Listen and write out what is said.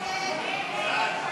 ההצעה להסיר